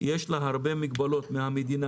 יש הרבה מגבלות מהמדינה,